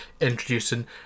introducing